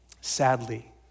Sadly